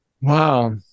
Wow